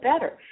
better